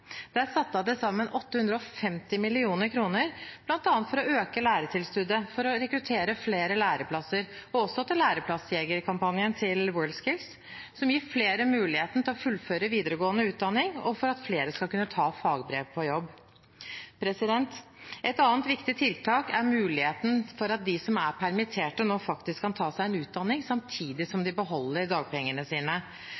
Det er satt av til sammen 850 mill. kr bl.a. for å øke lærlingtilskuddet, for å rekruttere flere læreplasser, til Læreplassjeger-kampanjen til WorldSkills, som gir flere muligheten til å fullføre videregående utdanning, og for at flere skal kunne ta fagbrev på jobb. Et annet viktig tiltak er muligheten for at de som er permitterte nå, faktisk kan ta seg en utdanning samtidig som